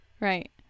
right